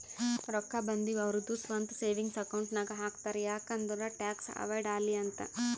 ರೊಕ್ಕಾ ಬಂದಿವ್ ಅವ್ರದು ಸ್ವಂತ ಸೇವಿಂಗ್ಸ್ ಅಕೌಂಟ್ ನಾಗ್ ಹಾಕ್ತಾರ್ ಯಾಕ್ ಅಂದುರ್ ಟ್ಯಾಕ್ಸ್ ಅವೈಡ್ ಆಲಿ ಅಂತ್